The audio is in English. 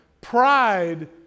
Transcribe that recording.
pride